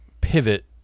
pivot